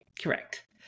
correct